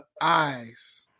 eyes